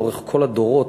לאורך כל הדורות,